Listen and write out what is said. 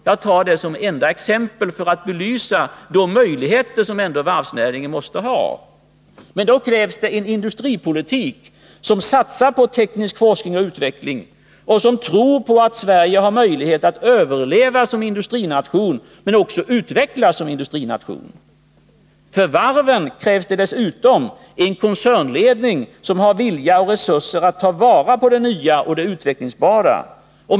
Jag tar detta som enda exempel för att belysa de möjligheter som varvsnäringen ändå måste ha. Men det kräver också en industripolitik som satsar på teknisk forskning och utveckling och som tror på att Sverige har möjlighet att överleva som industrination — men också att utvecklas som industrination. För varven krävs det också en koncernledning som har vilja och resurser att ta vara på det nya och det utvecklingsbara.